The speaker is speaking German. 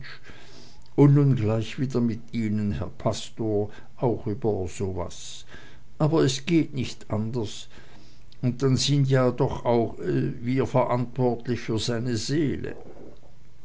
und nun gleich wieder mit ihnen herr pastor auch über so was aber es geht nicht anders und dann sind sie ja doch auch wie verantwortlich für seine seele